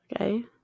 Okay